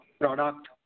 product